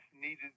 needed